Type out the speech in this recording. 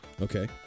Okay